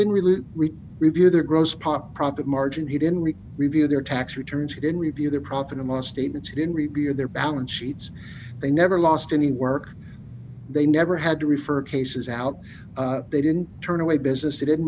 didn't really read review their grows pot profit margin he didn't read review their tax returns he didn't review their profit and loss statements he didn't review their balance sheets they never lost any work they never had to refer cases out they didn't turn away business didn't